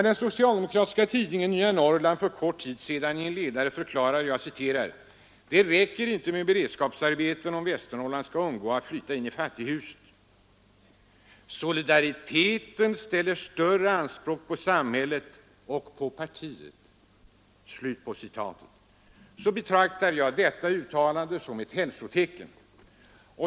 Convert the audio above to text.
Den socialdemokratiska tidningen Nya Norrland förklarade för kort tid sedan i en ledare: ”Det räcker inte med beredskapsarbeten om Västernorrland skall undgå att flytta in i fattighuset. Solidariteten ställer större anspråk både på samhället och på — partiet.” Jag betraktar detta uttalande som ett hälsotecken.